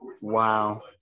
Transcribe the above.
Wow